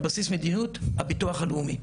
על בסיס המדיניות הביטוח הלאומי.